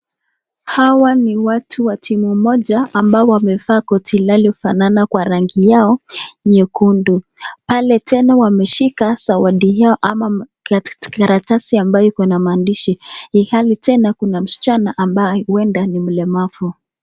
Hawa ni watu wa timu moja ambao wamevaa koti ilhali hufanana kwa rangi yao nyekundu. Pale tena wameshika zawadi yao ama karatasi ambayo ikona maandishi ilhali tena kuna msichana ambaye huenda ni mlemavu.